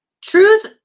truth